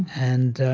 and